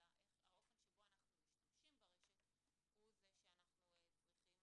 אלא איך האופן שבו אנחנו משתמשים ברשת הוא זה שאנחנו צריכים